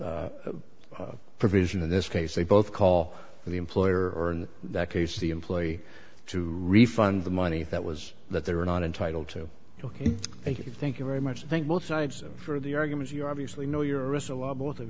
reimbursement provision in this case they both call the employer or in that case the employee to refund the money that was that they were not entitled to ok thank you thank you very much i think both sides for the argument you obviously know your